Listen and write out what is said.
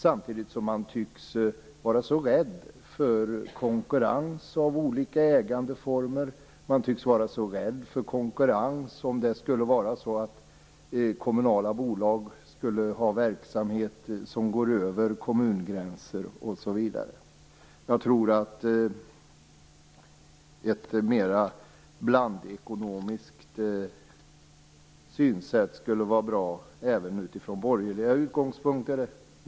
Samtidigt tycks man vara rädd för konkurrens av olika ägandeformer, och om kommunala bolag har verksamheter som går över kommungränser, osv. Jag tror att ett mer blandekonomiskt synsätt skulle vara bra även utifrån borgerliga utgångspunkter.